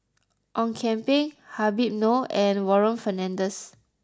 Ong Kian Peng Habib Noh and Warren Fernandez